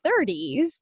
30s